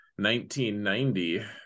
1990